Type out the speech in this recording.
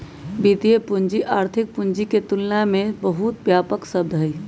वित्तीय पूंजी आर्थिक पूंजी के तुलना में बहुत व्यापक शब्द हई